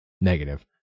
Negative